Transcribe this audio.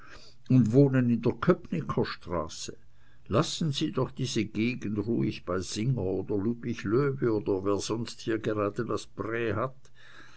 und wohnen in der köpnicker straße lassen sie doch diese gegend ruhig bei singer oder ludwig loewe oder wer sonst hier gerade das prä hat